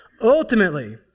Ultimately